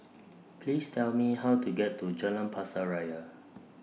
Please Tell Me How to get to Jalan Pasir Ria